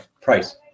price